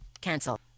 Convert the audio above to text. cancel